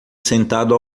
sentado